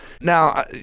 Now